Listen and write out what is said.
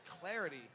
clarity